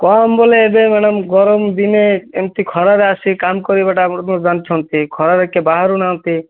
କମ ବୋଲେ ଏବେ ମ୍ୟାଡ଼ାମ୍ ଗରମ ଦିନେ ଏମିତି ଖରାରେ ଆସି କାମ କରିବାଟା ଆପଣ ତ ଜାଣିଛନ୍ତି ଖରାରେ କେ ବାହାରୁ ନାହାଁନ୍ତି